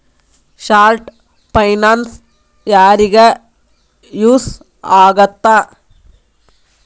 short finance ಯಾರಿಗ use ಆಗತ್ತಾ